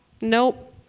nope